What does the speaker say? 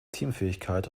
teamfähigkeit